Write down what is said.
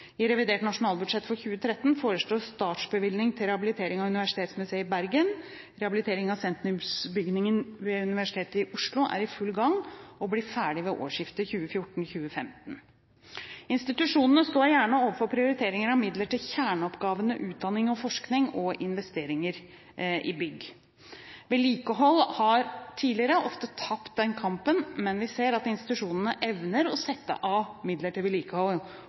I revidert nasjonalbudsjett for 2013 foreslås startbevilgning til rehabilitering av Universitetsmuseet i Bergen. Rehabilitering av sentrumsbygningene ved Universitetet i Oslo er i full gang og blir ferdig ved årsskiftet 2014/2015. Institusjonene står gjerne overfor prioritering av midler til kjerneoppgavene utdanning og forskning og investeringer i bygg. Vedlikehold har tidligere ofte tapt den kampen, men vi ser at institusjonene evner å sette av midler til vedlikehold,